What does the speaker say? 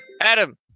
Adam